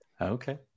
Okay